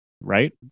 right